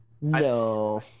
No